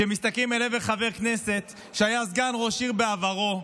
כשמסתכלים אל עבר חבר כנסת שהיה סגן ראש עיר בעברו,